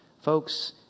folks